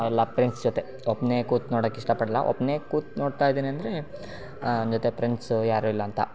ಎಲ್ಲ ಪ್ರೆಂಡ್ಸ್ ಜೊತೆ ಒಬ್ಬನೇ ಕೂತು ನೋಡಕ್ಕೆ ಇಷ್ಟಪಡಲ್ಲ ಒಬ್ಬನೇ ಕೂತು ನೋಡ್ತಾ ಇದ್ದೀನಂದರೆ ನನ್ನ ಜೊತೆ ಪ್ರೆಂಡ್ಸು ಯಾರೂ ಇಲ್ಲ ಅಂತ